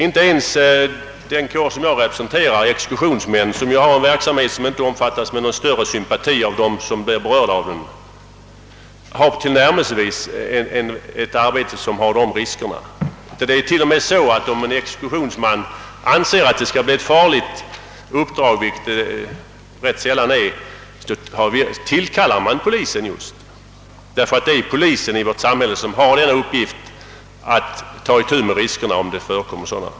Inte ens den kår jag representerar — exekutionsmän — som ju har en verksamhet som inte omfattas med någon större sympati av dem som berörs av den, har ett tillnärmelsevis så riskfyllt arbete. Det är t.o.m. så att om en exekutionsman anser att ett uppdrag kan vara farligt — vilket rätt sällan är fallet — så tillkallar han just polisen; det är ju i vårt samhälle polisen som har till uppgift att ta riskerna om sådana förekommer.